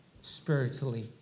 spiritually